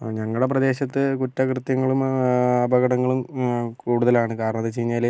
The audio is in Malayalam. ആ ഞങ്ങളുടെ പ്രദേശത്ത് കുറ്റകൃത്യങ്ങളും അപകടങ്ങളും കൂടുതലാണ് കാരണമെന്താ വെച്ച് കഴിഞ്ഞാൽ